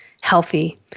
healthy